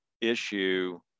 issue